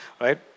right